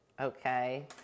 Okay